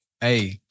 Hey